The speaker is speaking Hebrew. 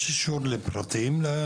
יש אישור לפרטיים?